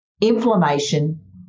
inflammation